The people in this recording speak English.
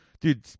dude